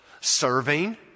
Serving